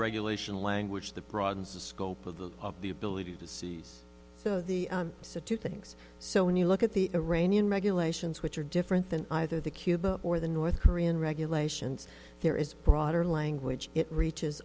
regulation language that broadens the scope of the of the ability to seize so the so two things so when you look at the iranian regulations which are different than either the cuba or the north korean regulations there is broader language it reaches